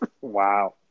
Wow